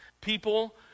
People